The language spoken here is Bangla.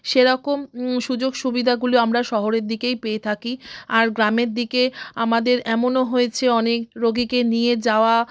সেরাকম সুযোগ সুবিধাগুলো আমরা শহরের দিকেই পেয়ে থাকি আর গ্রামের দিকে আমাদের এমনও হয়েছে অনেক রোগীকে নিয়ে যাওয়া